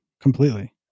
completely